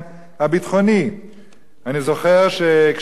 אני זוכר שכשהייתי עורך של שבועון קטן,